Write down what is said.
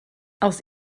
aus